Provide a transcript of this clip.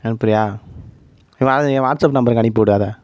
அனுப்புகிறியா என் வ என் வாட்ஸ்ஆப் நம்பருக்கு அனுப்பிவிடு அதை